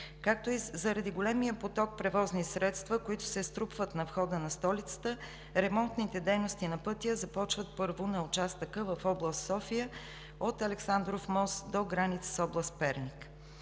както и заради големия поток превозни средства, които се струпват на входа на столицата, ремонтните дейности на пътя започват първо на участъка в област София от Александров мост до границата с област Перник.